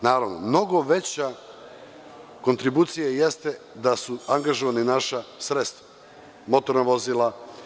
Naravno, mnogo veća kontribucija jeste da su angažovna naša sredstva, motorna vozila.